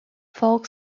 folk